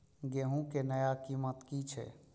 गेहूं के नया कीमत की छे?